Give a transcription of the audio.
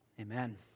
Amen